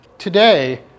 Today